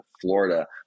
Florida